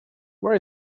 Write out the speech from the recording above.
where